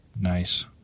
nice